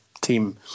team